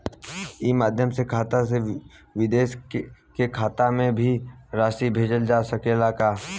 ई माध्यम से खाता से विदेश के खाता में भी राशि भेजल जा सकेला का?